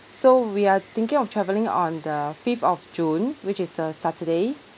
so we are thinking of travelling on the fifth of june which is a saturday